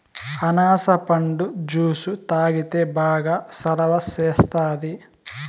అనాస పండు జ్యుసు తాగితే బాగా సలవ సేస్తాది